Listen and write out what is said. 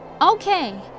Okay